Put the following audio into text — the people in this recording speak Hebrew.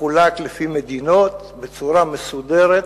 מחולק לפי מדינות, בצורה מסודרת: